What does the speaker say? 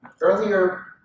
earlier